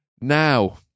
Now